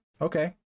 Okay